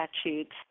statutes